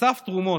אסף תרומות,